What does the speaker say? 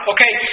Okay